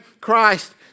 Christ